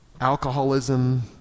Alcoholism